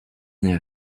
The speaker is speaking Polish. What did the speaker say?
nie